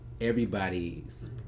everybody's